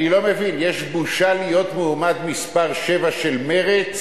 אני לא מבין, יש בושה להיות מועמד מס' 7 של מרצ?